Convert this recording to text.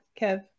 kev